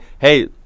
hey